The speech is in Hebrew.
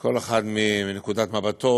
כל אחד מנקודת מבטו